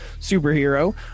superhero